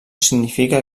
significa